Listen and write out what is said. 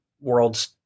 world's